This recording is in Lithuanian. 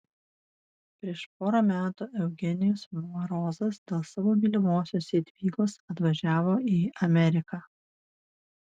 prieš porą metų eugenijus marozas dėl savo mylimosios jadvygos atvažiavo į ameriką